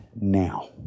now